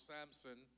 Samson